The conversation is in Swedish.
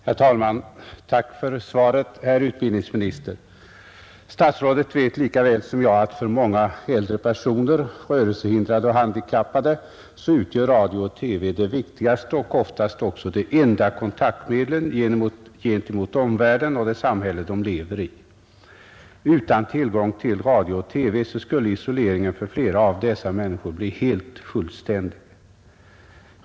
Herr talman! Tack för svaret, herr utbildningsminister. Statsrådet vet lika väl som jag att för många äldre personer, rörelsehindrade och handikappade utgör radio och TV de viktigaste och oftast också de enda kontaktmedlen gentemot omvärlden och det samhälle de lever i. Utan tillgång till radio och TV skulle isoleringen för flera av dessa människor bli fullständig.